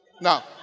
Now